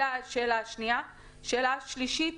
שאלה שלישית: